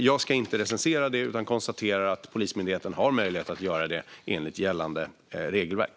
Jag ska inte recensera det, utan jag konstaterar att Polismyndigheten har möjlighet att vara det enligt gällande regelverk.